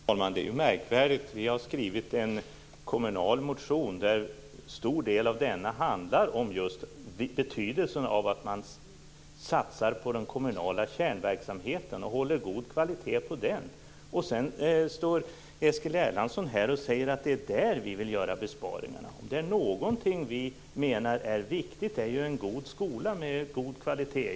Herr talman! Det är märkvärdigt. Vi har väckt en motion som gäller kommunerna. En stor del av motionen handlar om betydelsen av att satsa på de kommunala kärnverksamheterna och att hålla god kvalitet på dem. Sedan står Eskil Erlandsson här och säger att vi vill göra besparingarna där. Om det är något som är viktigt så är det en skola med god kvalitet.